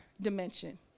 dimension